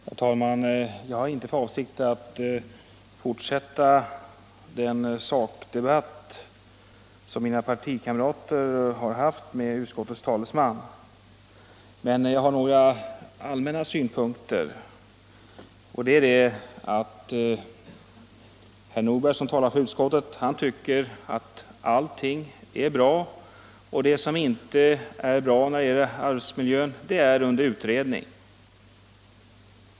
Herr talman! Jag har inte för avsikt att fortsätta den sakdebatt med utskottets talesman som mina partikamrater har fört, utan jag vill bara redovisa några allmänna synpunkter i sammanhanget. Herr Nordberg som ju för utskottets talan tycker att allt är bra när det gäller arbetsmiljön, och det som inte är bra är under utredning.